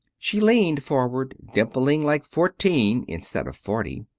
she leaned forward, dimpling like fourteen instead of forty.